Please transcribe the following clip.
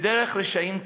ודרך רשעים תאבד".